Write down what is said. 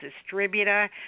distributor